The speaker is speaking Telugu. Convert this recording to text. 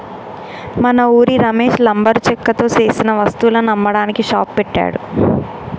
మన ఉరి రమేష్ లంబరు చెక్కతో సేసిన వస్తువులను అమ్మడానికి షాప్ పెట్టాడు